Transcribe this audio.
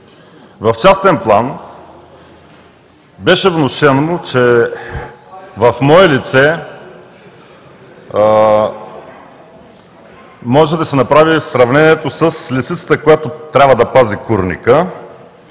В частен план беше внушено, че в мое лице може да се направи сравнението с „лисицата, която трябва да пази курника“,